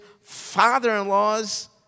father-in-law's